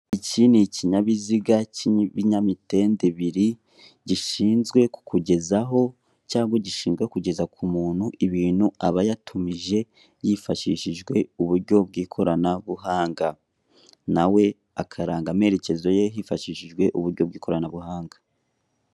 Iki ni ikinyabiziga cy'ibinyamitende ibiri gishinzwe kukugezaho cyangwa gishinzwe kugeza ku muntu ibintu aba yatumije yifashishijwe uburyo bw'ikoranabuhanga. Nawe akaranga amerekezo ye hifashishijwe uburyo bw'ikoranabuhanga.